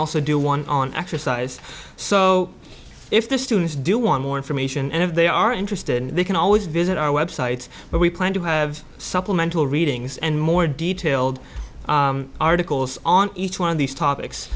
also do one on exercise so if the students do want more information and if they are interested they can always visit our web sites but we plan to have supplemental readings and more detailed articles on each one of these topics